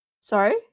sorry